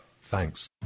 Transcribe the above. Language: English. thanks